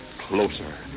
Closer